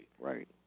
right